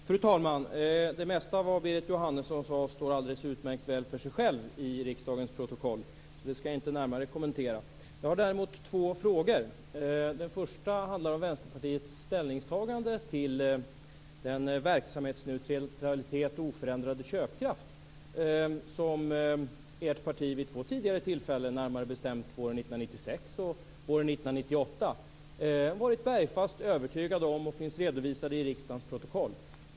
Fru talman! Det mesta av vad Berit Jóhannesson sade står alldeles utmärkt väl för sig självt i riksdagens protokoll, så det skall jag inte närmare kommentera. Jag har däremot två frågor. Den första handlar om Vänsterpartiets ställningstagande till den verksamhetsneutralitet och oförändrade köpkraft som ert parti vid två tidigare tillfällen, närmare bestämt våren 1996 och våren 1998, varit bergfast övertygat om. Det finns redovisat i riksdagens protokoll.